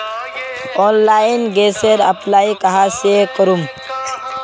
Online गैसेर apply कहाँ से करूम?